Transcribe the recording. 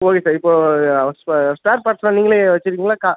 okay sir இப்போது spare பார்ட்ஸ்லாம் நீங்கள் வச்சுருக்கிங்களா